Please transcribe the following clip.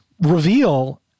reveal